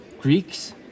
Greeks